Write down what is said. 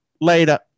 Later